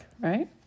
right